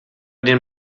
den